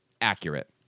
accurate